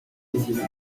visible